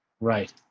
Right